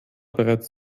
bereits